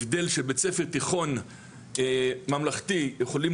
הבדל של בית ספר תיכון ממלכתי יכולים